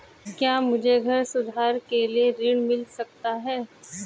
क्या मुझे घर सुधार के लिए ऋण मिल सकता है?